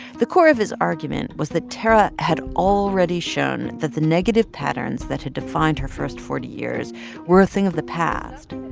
the core of his argument was that tarra had already shown that the negative patterns that had defined her first forty years were a thing of the past.